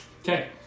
Okay